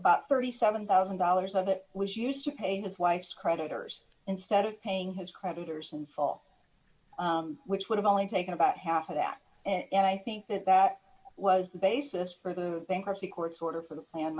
about thirty seven thousand dollars of it was used to pay his wife's creditors instead of paying his creditors and fall which would have only taken about half of that and i think that that was the basis for the bankruptcy courts order for the plan